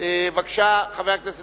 חוק ומשפט,